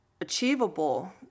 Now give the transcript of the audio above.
achievable